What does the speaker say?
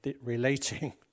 relating